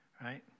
right